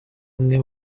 umwe